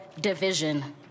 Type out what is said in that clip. division